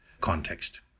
context